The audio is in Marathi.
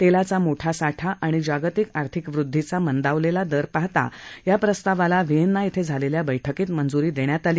तेलाचा मोठा साठा आणि जागतिक आर्थिक वृद्धी चा मंदावलेला दर पहाता या प्रस्तावाला व्हिएन्ना कें झालेल्या बैठकीत मंजूरी देण्यात आली